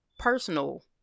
personal